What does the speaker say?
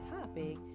topic